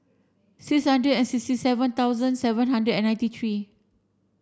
six hundred and sixty seven thousand seven hundred and ninety three